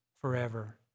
forever